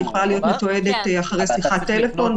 היא יכולה להיות מתועדת אחרי שיחת טלפון,